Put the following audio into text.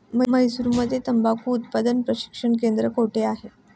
म्हैसूरमध्ये तंबाखू उत्पादन प्रशिक्षण केंद्र कोठे आहे?